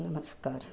नमस्कारः